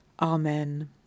Amen